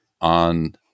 on